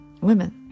women